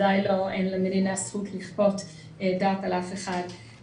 ודאי אין למדינה זכות לכפות דת על אף אחד.